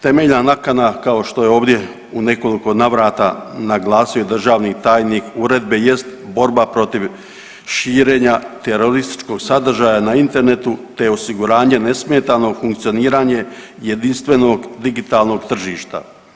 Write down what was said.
Temeljna nakana kao što je ovdje u nekoliko navrata naglasio državni tajnik uredbe jest borba protiv širenja terorističkog sadržaja na internetu te osiguranje nesmetano funkcioniranje jedinstvenog digitalnog tržišta.